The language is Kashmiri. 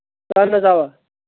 اَہن حظ اَوا